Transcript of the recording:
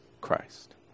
Christ